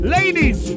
Ladies